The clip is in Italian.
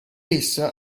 essa